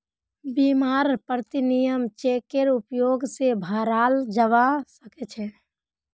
बीमारेर प्रीमियम चेकेर उपयोग स भराल जबा सक छे